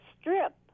strip